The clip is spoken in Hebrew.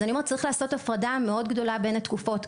צריך לעשות הפרדה מאוד גדולה בין התקופות,